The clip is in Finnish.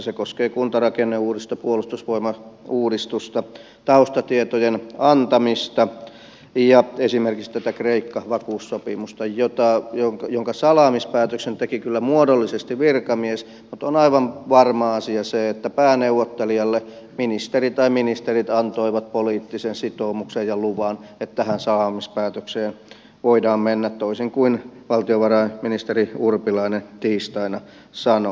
se koskee kuntarakenneuudistusta puolustusvoimauudistusta taustatietojen antamista ja esimerkiksi tätä kreikka vakuussopimusta jonka salaamispäätöksen teki kyllä muodollisesti virkamies mutta on aivan varma asia se että pääneuvottelijalle ministeri tai ministerit antoivat poliittisen sitoumuksen ja luvan että tähän salaamispäätökseen voidaan mennä toisin kuin valtiova rainministeri urpilainen tiistaina sanoi